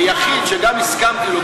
היחיד שגם הסכמתי איתו,